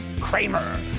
Kramer